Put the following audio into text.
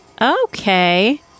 Okay